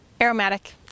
aromatic